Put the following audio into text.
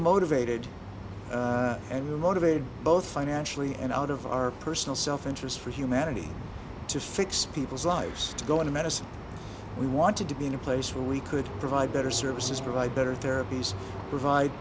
motivated and are motivated both financially and out of our personal self interest for humanity to fix people's lives to go into medicine we wanted to be in a place where we could provide better services provide better therapies provide